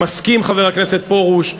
חבר הכנסת פרוש,